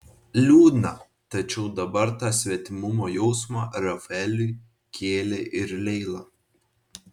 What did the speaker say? liūdna tačiau dabar tą svetimumo jausmą rafaeliui kėlė ir leila